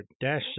dash